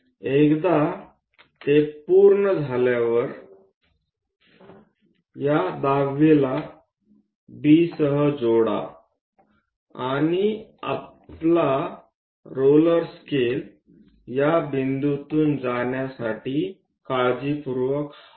एकदा ते पूर्ण झाल्यावर या दहावीला B सह जोडा आणि आपला रोलर स्केल या बिंदूतून जाण्यासाठी काळजीपूर्वक हलवा